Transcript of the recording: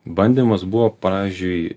bandymas buvo pavyzdžiui